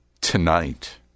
tonight